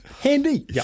handy